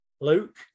Luke